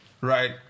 Right